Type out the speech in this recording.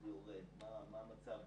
יוצא החוצה.